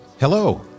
Hello